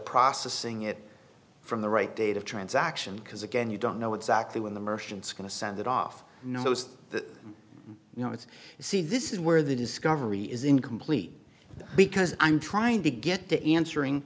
processing it from the right data transaction because again you don't know exactly when the mercians going to send it off knows that you know it's see this is where the discovery is incomplete because i'm trying to get to answering